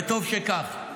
וטוב שכך.